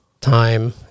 time